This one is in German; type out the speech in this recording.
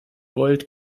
wollt